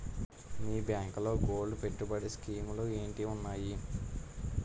మీ బ్యాంకులో గోల్డ్ పెట్టుబడి స్కీం లు ఏంటి వున్నాయి?